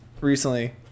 recently